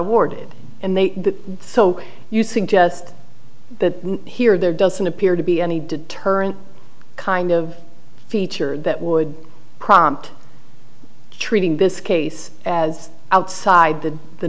awarded and they so you suggest that here there doesn't appear to be any deterrent kind of feature that would prompt treating this case as outside the the